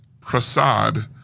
Prasad